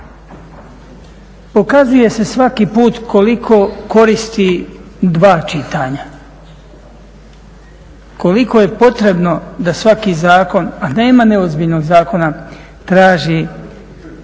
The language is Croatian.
Pokazuje se svaki puta koliko koristi dva čitanja. Koliko je potrebno da svaki zakon, a nema neozbiljnog zakona traži